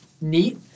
neat